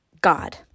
God